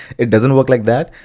it doesn't work like that.